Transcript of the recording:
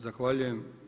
Zahvaljujem.